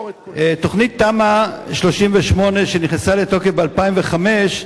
תמ"א 38, שנכנסה לתוקף ב-2005,